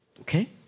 Okay